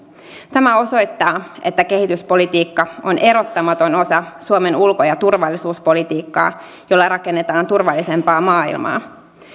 tämä osoittaa että kehityspolitiikka on erottamaton osa suomen ulko ja turvallisuuspolitiikkaa jolla rakennetaan turvallisempaa maailmaa